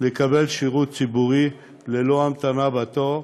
לקבל שירות ציבורי ללא המתנה בתור,